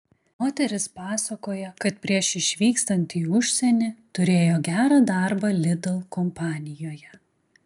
moteris pasakoja kad prieš išvykstant į užsienį turėjo gerą darbą lidl kompanijoje